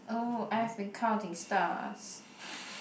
oh I've been counting stars